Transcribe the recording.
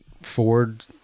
Ford